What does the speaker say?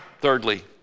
Thirdly